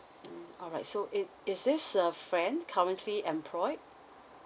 mm all right so it is this a friend currently employed